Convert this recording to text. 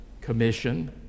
Commission